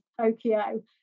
Tokyo